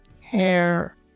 hair